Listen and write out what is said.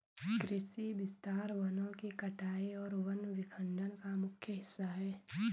कृषि विस्तार वनों की कटाई और वन विखंडन का मुख्य हिस्सा है